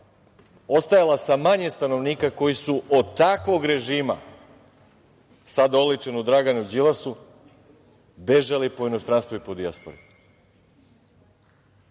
ostajala sa manje stanovnika koji su od takvog režima, sada oličen u Draganu Đilasu, bežali po inostranstvu i po dijaspori. Kada